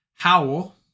Howl